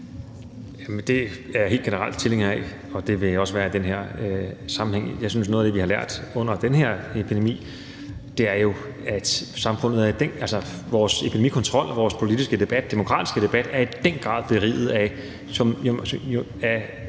Det er jeg helt generelt tilhænger af, og det vil jeg også være i den her sammenhæng. Jeg synes, at noget af det, vi har lært under den her epidemi, er, at samfundet – vores epidemikontrol og vores politiske, demokratiske debat – i den grad er beriget af ekstremt